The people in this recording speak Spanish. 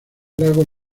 lagos